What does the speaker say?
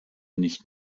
nicht